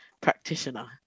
practitioner